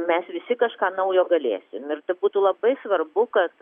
mes visi kažką naujo galėsim ir tai būtų labai svarbu kad